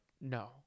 no